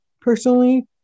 personally